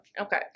Okay